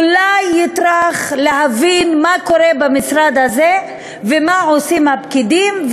אולי יטרח להבין מה קורה במשרד הזה ומה עושים הפקידים,